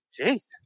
Jeez